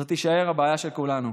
זאת תישאר הבעיה של כולנו.